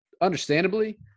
understandably